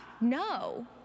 no